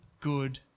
good